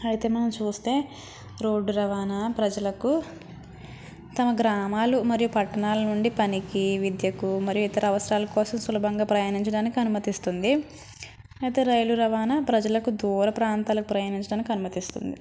అయితే మనం చూస్తే రోడ్డు రవాణా ప్రజలకు తమ గ్రామాలు మరియు పట్టణాల నుండి పనికి విద్యకు మరియు ఇతర అవసరాల కోసం సులభంగా ప్రయాణించడానికి అనుమతిస్తుంది అయితే రైలు రవాణా ప్రజలకు దూరప్రాంతాలకు ప్రయాణించటానికి అనుమతిస్తుంది